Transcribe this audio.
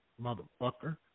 motherfucker